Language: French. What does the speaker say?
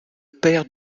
père